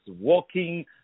Walking